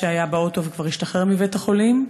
שהיה באוטו וכבר השתחרר מבית-החולים,